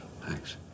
Thanks